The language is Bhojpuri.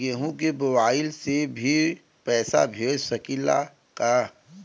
केहू के मोवाईल से भी पैसा भेज सकीला की ना?